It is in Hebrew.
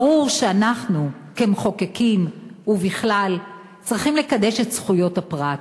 ברור שאנחנו כמחוקקים ובכלל צריכים לקדש את זכויות הפרט,